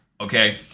okay